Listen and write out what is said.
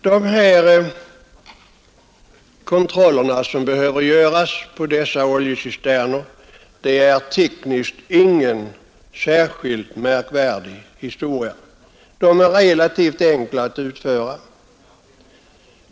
De kontroller som behöver göras på dessa oljecisterner är tekniskt ingen särskilt märkvärdig historia. De är relativt enkla att utföra.